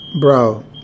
Bro